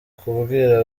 kubwira